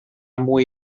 mwy